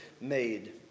made